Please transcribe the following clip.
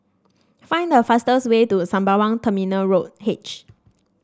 find the fastest way to Sembawang Terminal Road H